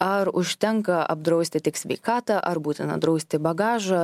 ar užtenka apdrausti tik sveikatą ar būtina drausti bagažą